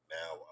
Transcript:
now